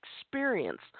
experience